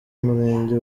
murenge